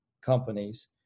companies